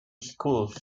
schools